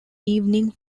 evening